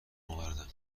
آوردم